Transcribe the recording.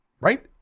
Right